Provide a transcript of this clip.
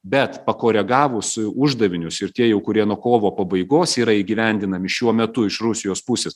bet pakoregavus uždavinius ir tiejau kurie nuo kovo pabaigos yra įgyvendinami šiuo metu iš rusijos pusės